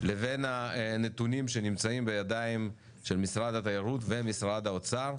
לבין הנתונים שנמצאים בידיים של משרד התיירות ומשרד האוצר.